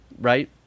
Right